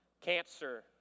cancer